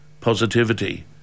positivity